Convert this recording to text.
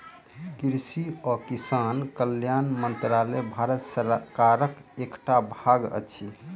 कृषि आ किसान कल्याण मंत्रालय भारत सरकारक एकटा भाग अछि